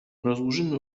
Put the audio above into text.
rozłożymy